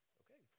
okay